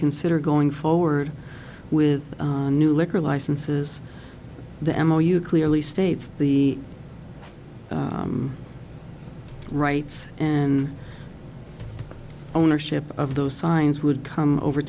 consider going forward with new liquor licenses the m r u clearly states the rights and ownership of those signs would come over